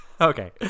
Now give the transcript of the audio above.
Okay